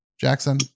jackson